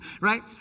Right